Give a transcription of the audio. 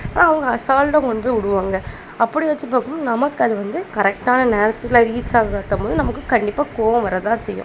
ஆனால் அவங்க அசால்ட்டாக கொண்டு போய் விடுவாங்க அப்படி வச்சு பார்க்கும் போது நமக்கு அது வந்து கரெக்டான நேரத்தில் ரீச் ஆகாதம்போது நமக்கு கண்டிப்பாக கோபம் வர தான் செய்யும்